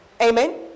Amen